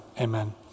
amen